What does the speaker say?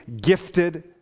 gifted